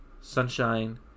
Sunshine